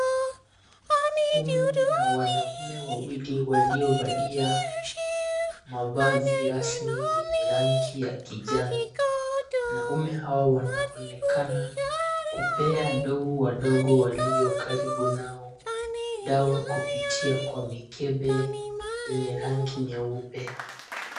Humu mna wanaume wawili waliovalia mavazi rasmi yenye rangi ya kijani. Wanaume hao wanaonekana kupea ndovu wadogo walio karibu nao dawa kupitia kwa mikebe yenye rangi nyeupe.